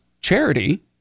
charity